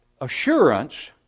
assurance